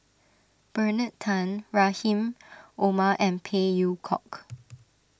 Bernard Tan Rahim Omar and Phey Yew Kok